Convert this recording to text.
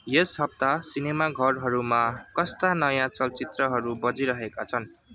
यस हप्ता सिनेमाघरहरूमा कस्ता नयाँ चलचित्रहरू बजिरहेका छन्